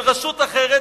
של רשות אחרת,